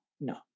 no